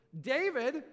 David